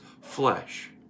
flesh